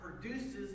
produces